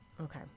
Okay